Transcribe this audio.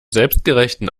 selbstgerechten